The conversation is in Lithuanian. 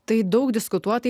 tai daug diskutuota